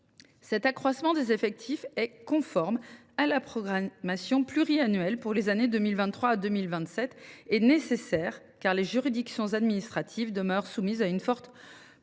Cet accroissement des effectifs est conforme à la programmation pluriannuelle pour les années 2023 à 2027. Il est également nécessaire, car les juridictions administratives demeurent soumises à une forte